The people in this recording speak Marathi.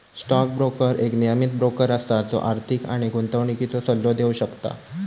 स्टॉक ब्रोकर एक नियमीत ब्रोकर असा जो आर्थिक आणि गुंतवणुकीचो सल्लो देव शकता